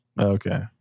Okay